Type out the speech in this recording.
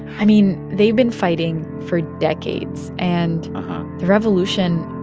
i mean, they've been fighting for decades and the revolution,